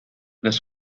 las